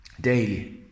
daily